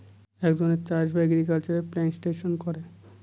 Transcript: এক ধরনের চাষ বা এগ্রিকালচারে প্লান্টেশন করে